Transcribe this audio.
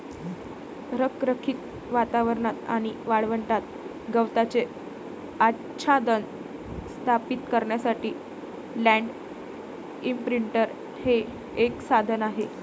रखरखीत वातावरणात आणि वाळवंटात गवताचे आच्छादन स्थापित करण्यासाठी लँड इंप्रिंटर हे एक साधन आहे